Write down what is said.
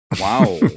Wow